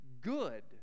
good